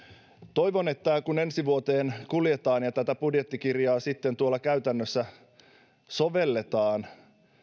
toivon että kun ensi vuoteen kuljetaan ja tätä budjettikirjaa sitten tuolla käytännössä sovelletaan